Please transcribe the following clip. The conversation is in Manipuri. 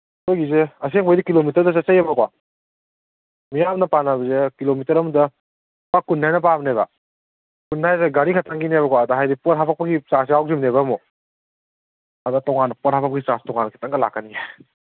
ꯑꯩꯈꯣꯏꯒꯤꯁꯦ ꯑꯁꯦꯡꯕꯒꯤꯗꯤ ꯀꯤꯂꯣꯃꯤꯇꯔꯗ ꯆꯠꯆꯩꯌꯦꯕꯀꯣ ꯃꯤꯌꯥꯝꯅ ꯄꯥꯅꯕꯁꯦ ꯀꯤꯂꯣꯃꯤꯇꯔ ꯑꯃꯗ ꯂꯨꯄꯥ ꯀꯨꯟ ꯍꯥꯏꯅ ꯄꯥꯕꯅꯦꯕ ꯀꯨꯟ ꯍꯥꯏꯁꯦ ꯒꯥꯔꯤꯈꯛꯇꯪꯒꯤꯅꯦꯕꯀꯣ ꯑꯗꯣ ꯍꯥꯏꯗꯤ ꯄꯣꯠ ꯍꯥꯞꯄꯛꯄꯒꯤ ꯆꯥꯔꯖ ꯌꯥꯎꯗ꯭ꯔꯤꯝꯅꯦꯕ ꯑꯃꯨꯛ ꯑꯗ ꯇꯣꯉꯥꯟꯅ ꯄꯣꯠ ꯍꯥꯞꯄꯛꯄꯒꯤ ꯆꯥꯔꯖ ꯇꯣꯉꯥꯟꯅ ꯈꯤꯇꯪꯒ ꯂꯥꯛꯀꯅꯤ